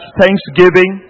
thanksgiving